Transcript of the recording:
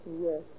Yes